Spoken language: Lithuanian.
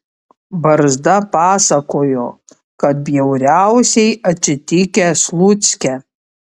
barzda pasakojo kad bjauriausiai atsitikę slucke